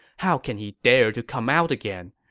how can he dare to come out again?